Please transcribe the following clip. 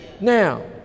now